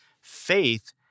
faith